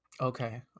Okay